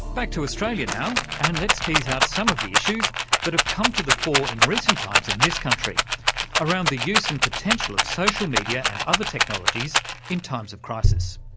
back to australia now, and let's tease out some of the issues that have come to the fore in recent times in this country around the use and potential of social media and other technologies in times of crisis.